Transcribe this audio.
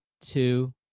two